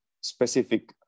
specific